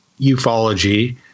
ufology